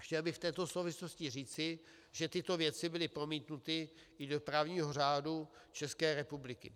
Chtěl bych v této souvislosti říci, že tyto věci byly promítnuty i do právního řádu České republiky.